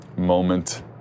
moment